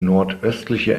nordöstliche